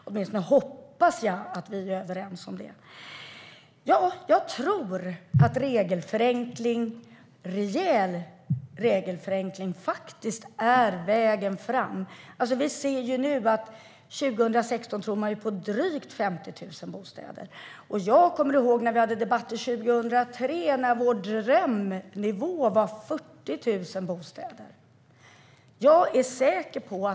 Åtminstone hoppas jag att vi är överens om det. Jo, jag tror faktiskt att rejäl regelförenkling är vägen fram. Vi ser nu att man tror på drygt 50 000 bostäder 2016. Jag kommer ihåg när vi hade debatter 2003 och vår drömnivå var 40 000 bostäder.